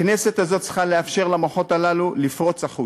הכנסת הזאת צריכה לאפשר למוחות הללו לפרוץ החוצה.